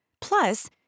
Plus